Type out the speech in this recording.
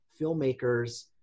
filmmakers